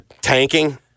tanking